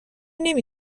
نمی